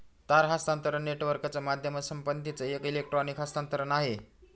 तार हस्तांतरण नेटवर्कच माध्यम संपत्तीचं एक इलेक्ट्रॉनिक हस्तांतरण आहे